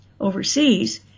overseas